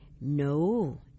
No